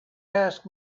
ask